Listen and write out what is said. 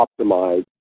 optimize